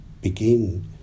begin